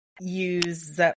use